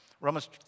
Romans